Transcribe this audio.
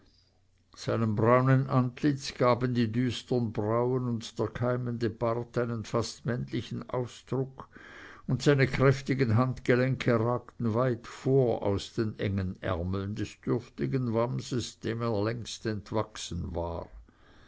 seinem braunen antlitz gaben die düstern brauen und der keimende bart einen fast männlichen ausdruck und seine kräftigen handgelenke ragten weit vor aus den engen ärmeln des dürftigen wamses dem er längst entwachsen war